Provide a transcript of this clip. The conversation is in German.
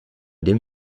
dem